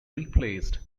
replaced